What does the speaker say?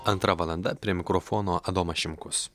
antra valanda prie mikrofono adomas šimkus